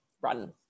run